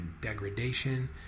degradation